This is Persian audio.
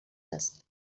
است